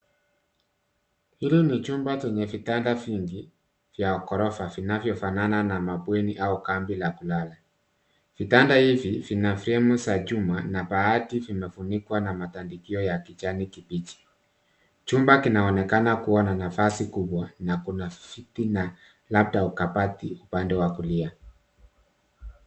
Hili ni chumba chenye vitanda vingi vya ghorofa vinavyofanana na mabweni au kambi la kulala. Vitanda hivi vina fremu za chuma na baadhi vimefunikwa na matandikio ya kijani kibichi. Chumba kinaonekana kuwa na nafasi kubwa na kuna viti na labda kabati upande wa kulia.